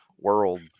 world